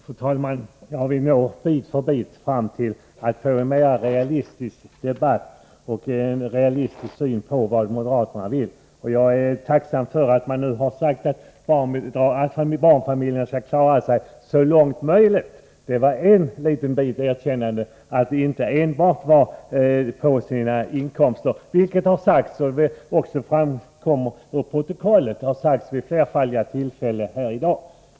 Fru talman! Vi når bit för bit fram till en mer realistisk debatt och en mer realistisk syn på vad moderaterna vill. Jag är tacksam för att Bo Lundgren nu har sagt att barnfamiljerna ”så långt möjligt” skall klara sig på sina inkomster. Det var ett erkännande att det inte enbart är på sina inkomster som de skall klara sig, vilket — som framgår av protokollet — har sagts vid flera tillfällen här i dag.